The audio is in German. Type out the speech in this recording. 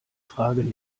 fragen